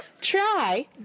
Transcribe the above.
Try